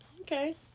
Okay